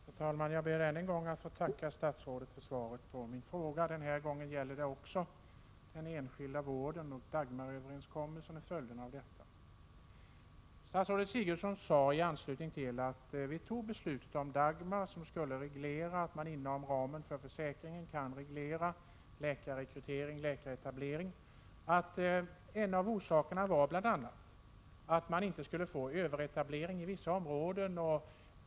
Herr talman! Jag ber att än en gång få tacka statsrådet för svaret på min fråga. Den här gången gäller det också den enskilda vården, Dagmaröverenskommelsen och följderna av den. Statsrådet Sigurdsen sade i anslutning till beslutet om Dagmarreformen, som innebär att man inom ramen för försäkringen kan reglera läkarrekrytering och läkaretablering, att en av orsakerna till reformen var att man inte skulle få överetablering i vissa områden.